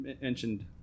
mentioned